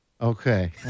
Okay